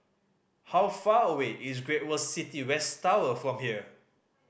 how far away is Great World City West Tower from here